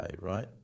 right